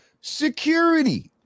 security